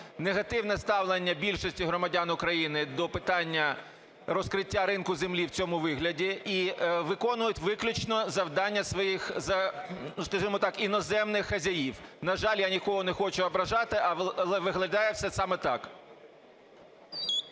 негативне ставлення більшості громадян України до питання розкриття ринку землі в цьому вигляді і виконують виключно завдання своїх, скажімо так, іноземних хазяїв. На жаль, я нікого не хочу ображати, але виглядає це саме так.